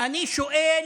אני שואל: